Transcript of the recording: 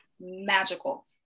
magical